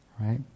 right